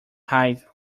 height